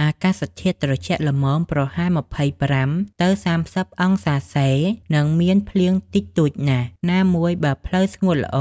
អាកាសធាតុត្រជាក់ល្មម (ប្រហែល ២៥-៣០ អង្សាសេ) និងមានភ្លៀងតិចតួចណាស់ ណាមួយបើផ្លូវស្ងួតល្អ